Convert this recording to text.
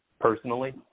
personally